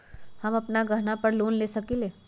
हम अपन गहना पर लोन ले सकील?